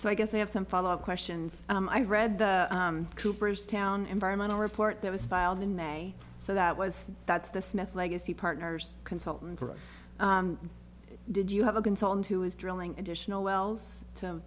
so i guess they have some follow up questions and i read the cooperstown environmental report that was filed in may so that was that's the smith legacy partners consultant did you have a consultant who is drilling additional wells